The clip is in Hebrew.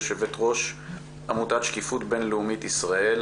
יושבת-ראש עמותת "שקיפות בינלאומית ישראל",